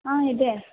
ಆಂ ಇದೆ